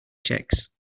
checks